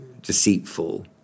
deceitful